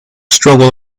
struggle